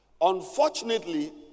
Unfortunately